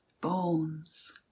bones